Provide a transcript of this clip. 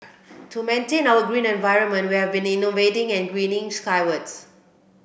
to maintain our green environment we have been innovating and greening skywards